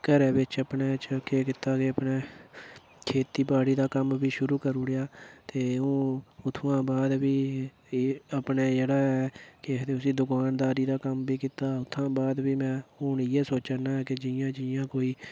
घरैआह्लें अपने केह् कीता कि अपने खेती बाड़ी दा कम्म बी शुरू करी ओड़ेआ ते हू'न उत्थुआं बाद प्ही एह् अपने जेह्ड़ा ऐ दुकानदारी दा प्ही कम्म कीता हू'न इ'यै सोचा ना के जि'यां जि'यां कोई